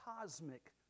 cosmic